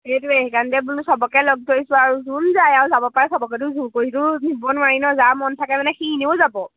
সেইটোৱে সেইকাৰণে বোলো চবকে লগ ধৰিছোঁ আৰু যোন যায় আৰু যাব পাৰে চবকেতো জোৰ কৰিতো নিব নোৱাৰি ন যাৰ মন থাকে মানে সি এনেও যাব